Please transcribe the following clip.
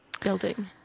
building